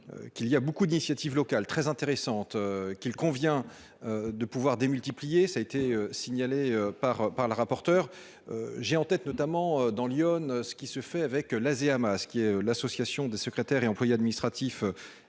y a beaucoup d'initiatives locales très intéressante, qu'il convient. De pouvoir démultiplier. Ça a été signalé par par le rapporteur. J'ai en tête, notamment dans l'Yonne. Ce qui se fait avec l'Asie Hamas qui est l'association de secrétaires et employés administratifs